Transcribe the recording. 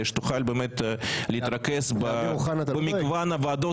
כדי שתוכל באמת להתרכז במגוון הוועדות